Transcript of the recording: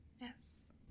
Yes